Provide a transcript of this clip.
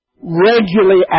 regularly